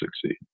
succeed